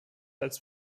als